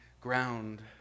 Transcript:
ground